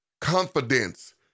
confidence